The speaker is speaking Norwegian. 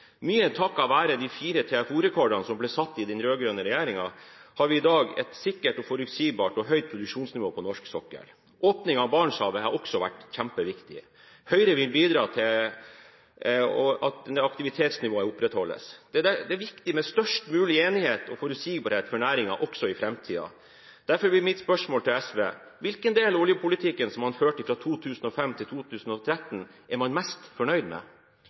Mye takket være de fire TFO-rekordene som ble satt under den rød-grønne regjeringen, har vi i dag et sikkert, forutsigbart og høyt produksjonsnivå på norsk sokkel. Åpningen av Barentshavet har også vært kjempeviktig. Høyre vil bidra til at aktivitetsnivået opprettholdes. Det er viktig med størst mulig enighet og forutsigbarhet for næringen også i framtiden. Derfor blir mitt spørsmål til SV: Hvilken del av oljepolitikken som ble ført fra 2005 til 2013, er man mest fornøyd med?